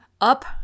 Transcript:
up